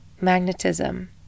magnetism